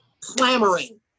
clamoring